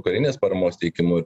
karinės paramos teikimu